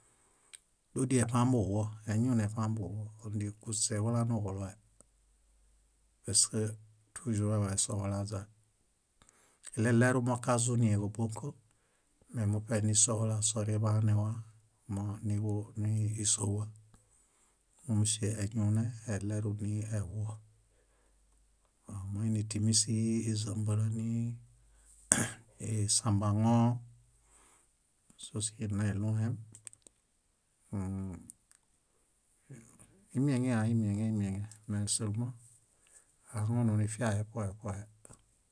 Dódi eṗambuhuo, eñune eṗambuhuo kuśeġulanuġuloe paske tújur waḃanesohulaźae, iɭerumokazunie kóbuõko me muṗe nisohulasoreḃanewa mo- niḃu- nísuowa mósie eñune eɭeruniehuo. Mbõ móinitimisihi ézambalaŋi, esambaŋo, sósihi nna iɭũhem imieŋea, imieŋe, imieŋe. Méselma ahaŋununifiahe ṗohe ṗohe.